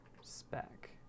spec